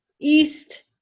East